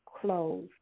clothes